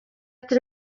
ati